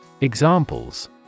Examples